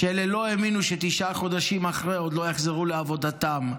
ואלה לא האמינו שתשעה חודשים אחרי עוד לא יחזרו לעבודתם.